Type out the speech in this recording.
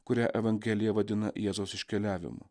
kurią evangelija vadina jėzaus iškeliavimu